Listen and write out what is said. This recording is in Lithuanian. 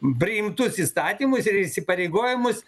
priimtus įstatymus ir įsipareigojimus